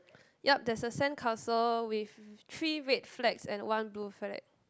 yup there's a sandcastle with three red flags and one blue flag